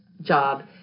job